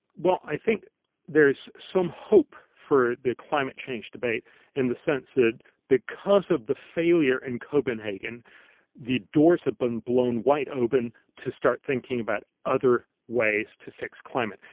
i think there's some hope for the climate change debate in the sense that because of the failure in copenhagen the doors have been blown wide open to start thinking about other ways to fix climate.